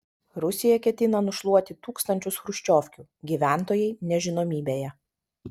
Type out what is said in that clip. rusija ketina nušluoti tūkstančius chruščiovkių gyventojai nežinomybėje